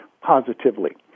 positively